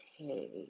Okay